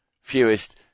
fewest